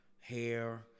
hair